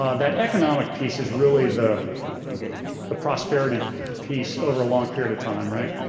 um that economic piece is really the the prosperity piece over a long period of time, right?